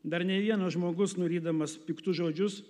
dar nė vienas žmogus nurydamas piktus žodžius